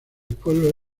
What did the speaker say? pueblo